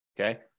okay